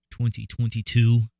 2022